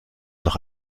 noch